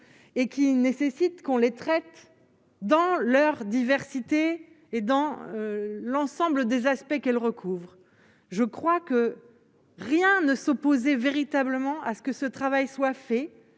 et qui nécessitent qu'on les traite, dans leur diversité et dans l'ensemble des aspects qu'elle recouvre, je crois que rien ne s'opposait véritablement à ce que ce travail soit fait,